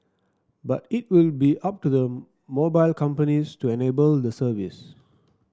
but it will be up to the mobile companies to enable the service